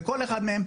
וכל אחד מהם,